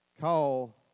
call